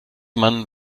man